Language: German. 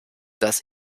das